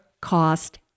cost